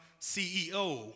CEO